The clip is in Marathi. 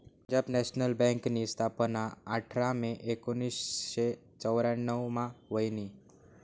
पंजाब नॅशनल बँकनी स्थापना आठरा मे एकोनावीसशे चौर्यान्नव मा व्हयनी